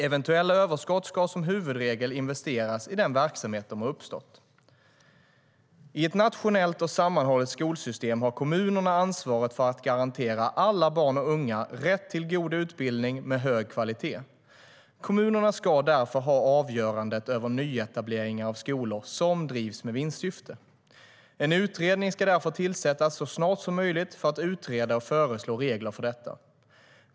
Eventuella överskott ska som huvudregel investeras i den verksamhet där de har uppstått.I ett nationellt och sammanhållet skolsystem har kommunerna ansvaret för att garantera alla barn och unga rätt till god utbildning med hög kvalitet. Kommunerna ska därför ha avgörandet över nyetableringar av skolor som drivs med vinstsyfte. En utredning ska tillsättas så snart som möjligt för att utreda och föreslå regler för detta.